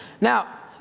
Now